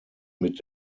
mit